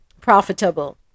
profitable